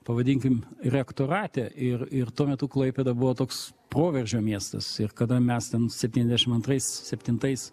pavadinkime rektorate ir ir tuo metu klaipėda buvo toks proveržio miestas ir kada mes ten septyniasdešim antrais septintais